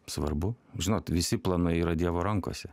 svarbu žinot visi planai yra dievo rankose